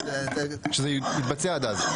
שזה יתבצע עד אז?